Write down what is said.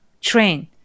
train